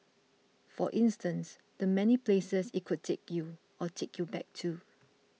for instance the many places it could take you or take you back to